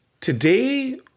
today